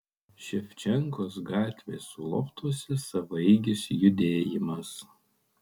ševčenkos gatvės loftuose savaeigis judėjimas